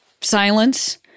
silence